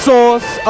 Source